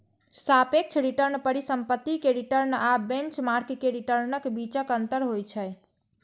सापेक्ष रिटर्न परिसंपत्ति के रिटर्न आ बेंचमार्क के रिटर्नक बीचक अंतर होइ छै